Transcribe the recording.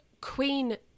queen